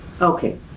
Okay